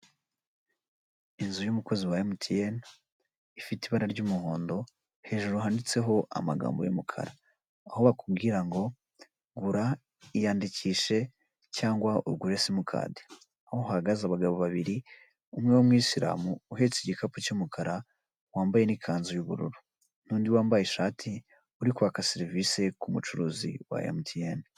Inzu y'umukozi wa emutiyene ifite ibara ry'umuhondo hejuru handitseho amagambo y'umukara, aho bakubwira ngo gura iyandikishe cyangwa ugure simukadi, aho hahagaze abagabo babiri umwe w'umuyisiramu, uhetse igikapu cy'umukara wambaye n'ikanzu y'ubururu n'undi wambaye ishati uri kwaka serivisi ku mucuruzi wa emutiyene.